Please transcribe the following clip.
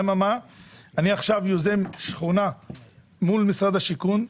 אני יוזם עכשיו שכונה מול משרד השיכון,